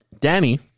Danny